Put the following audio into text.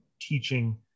teaching